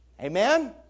Amen